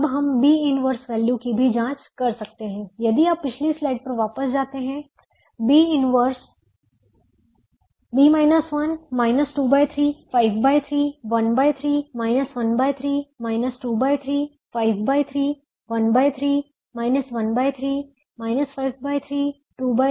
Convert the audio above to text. अब हम B 1 value की भी जांच कर सकते हैं यदि आप पिछली स्लाइड पर वापस जाते हैं B 1 2 3 53 13 1 3 2 3 53 13 1 3 5 3 23 13 1 3 है